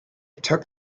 took